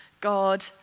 God